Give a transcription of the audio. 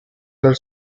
dal